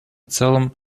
целым